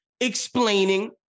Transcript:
explaining